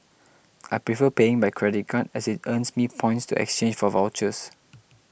I prefer paying by credit card as it earns me points to exchange for vouchers